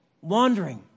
wandering